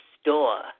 store